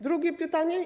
Drugie pytanie.